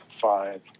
five